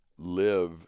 live